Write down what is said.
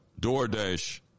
DoorDash